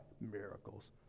Miracles